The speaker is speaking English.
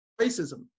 racism